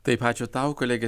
taip ačiū tau kolegė